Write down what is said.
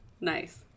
Nice